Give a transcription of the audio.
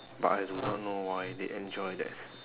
but I do not know why they enjoy that